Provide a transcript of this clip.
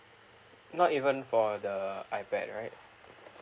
not even for the ipad right